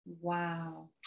Wow